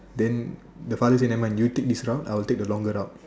then the father say never mind you take this route I'll take the longer route